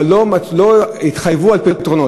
אבל לא התחייבו על פתרונות.